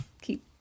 keep